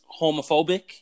homophobic